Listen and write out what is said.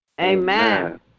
Amen